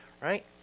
right